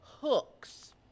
hooks